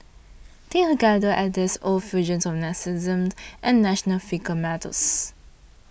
take a gander at these odd fusions of narcissism and national fiscal matters